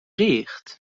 ریخت